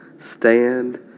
Stand